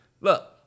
Look